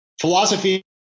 philosophy